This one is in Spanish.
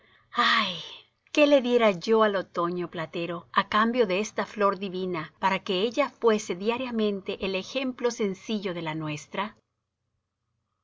ay qué le diera yo al otoño platero á cambio de esta flor divina para que ella fuese diariamente el ejemplo sencillo de la nuestra